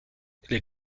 les